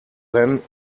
then